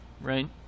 right